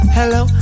Hello